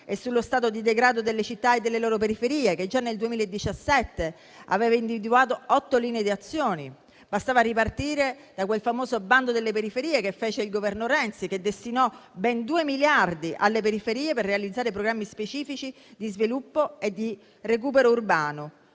e sullo stato di degrado delle città e delle loro periferie, che già nel 2017 aveva individuato otto linee d'azione; bastava ripartire da quel famoso bando delle periferie che fece il Governo Renzi, che destinò ben 2 miliardi alle periferie per realizzare programmi specifici di sviluppo e di recupero urbano.